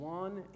one